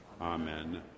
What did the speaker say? Amen